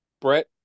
Brett